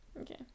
Okay